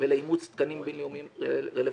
ולאימוץ תקנים בינלאומיים רלוונטיים.